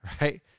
right